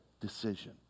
decision